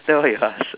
then why you ask